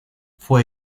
fue